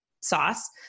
sauce